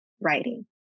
writing